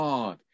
God